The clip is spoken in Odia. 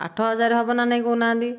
ଆଠ ହଜାର ହେବ ନା ନାହିଁ କହୁନାହାଁନ୍ତି